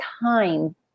time